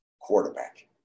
quarterback